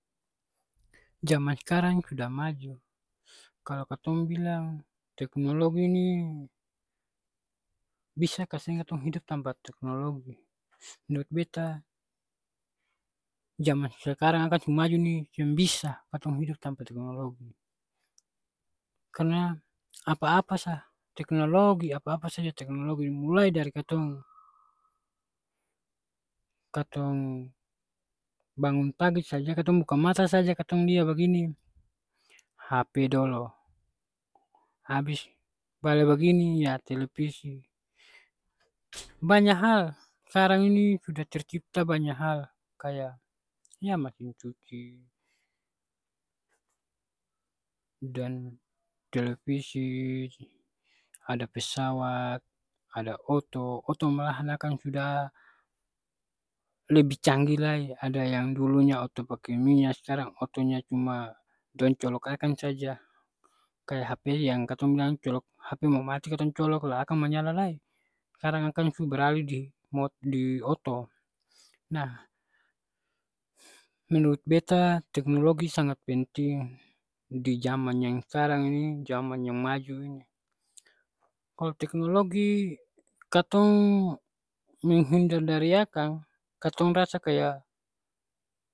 Jaman skarang sudah maju. Kalo katong bilang teknologi ni bisa ka seng katong hidup tanpa teknologi. Menurut beta jaman sakarang akang su maju ni seng bisa katong hidup tanpa teknologi. Karna apa-apa sa, teknologi, apa-apa saja teknologi. Mulai dari katong, katong bangun pagi saja, katong buka mata saja katong lia bagini hp dolo. Abis bale bagini ya telepisi. Banya hal skarang ini sudah tercipta banya hal. Kaya ya masin cuci, dan televisi, ada pesawat, ada oto, oto malahan akang sudah lebih canggih lai. Ada yang dulunya oto pake minya, skarang otonya cuma dong colok akang saja. Kaya hp yang katong bilang colok, hp mo mati katong colok la akang manyala lai, skarang akang su beralih di mot di oto. Nah, menurut beta teknologi sangat penting di jaman yang skarang ini, jaman yang mau ini. Kalo teknologi katong menghindar dari akang, katong rasa kaya